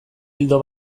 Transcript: ildo